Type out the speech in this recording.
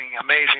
amazing